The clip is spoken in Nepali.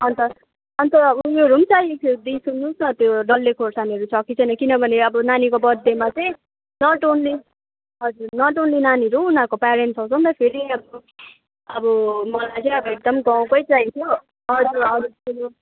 अन्त अन्त उयोहरू पनि चाहिएको थियो दिदी सुन्नुहोस् न त्यो डल्ले खोर्सानीहरू छ कि छैन किनभने अब नानीको बर्थडेमा चाहिँ नट अन्ली हजुर नट अन्ली नानीहरू उनीहरूको पेरेन्ट आउँछ नि त फेरि अब मलाई चाहिँ अब एकदम गाउँकै चाहिएको थियो हजुर हजुर